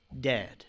dead